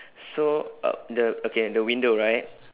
so uh the okay at the window right